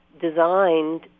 designed